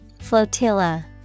Flotilla